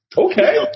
Okay